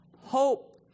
hope